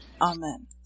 Amen